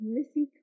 Missy